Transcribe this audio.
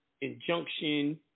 injunction